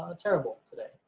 ah terrible today.